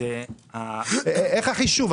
איך החישוב?